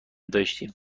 داشتیم